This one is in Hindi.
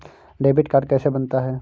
डेबिट कार्ड कैसे बनता है?